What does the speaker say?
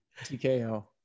TKO